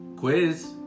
Quiz